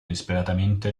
disperatamente